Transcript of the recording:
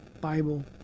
Bible